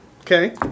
okay